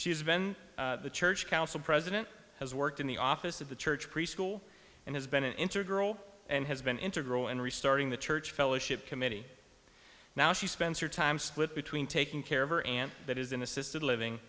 has been the church council president has worked in the office of the church preschool and has been an integral and has been integral in restarting the church fellowship committee now she spends her time split between taking care of her and that is in assisted living